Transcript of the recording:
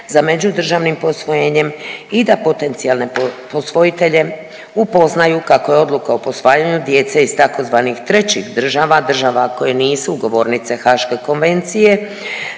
za međudržavnim posvojenjem i da potencijalne posvojitelje upoznaju kako je odluka o posvajanju djece iz tzv. trećih država, država koje nisu ugovornice Haške konvencije